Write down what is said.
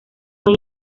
buen